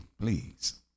please